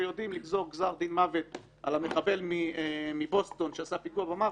שיודעים לגזור גזר דין מוות על המחבל מבוסטון שעשה פיגוע במרתון.